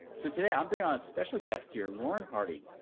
so today i'm bringing on a special guest here, lauren hardy.